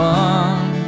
one